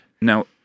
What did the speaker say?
Now